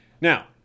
Now